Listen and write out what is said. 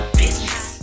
business